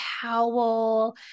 towel